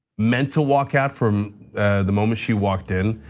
mental walk out from the moment she walked in.